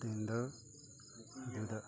ꯏꯁꯇꯦꯟꯗꯔꯗꯨꯗ